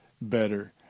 better